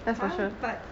ya but